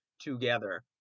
together